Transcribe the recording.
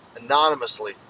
Anonymously